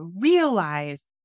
realize